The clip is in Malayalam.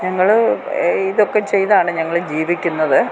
ഞങ്ങൾ ഇതൊക്കെ ചെയ്താണ് ഞങ്ങൾ ജീവിക്കുന്നത്